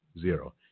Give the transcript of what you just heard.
Zero